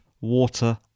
water